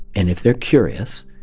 and if they're curious,